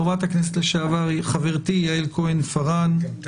חברת הכנסת לשעבר, חברתי יעל כהן-פארן, בבקשה.